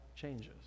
changes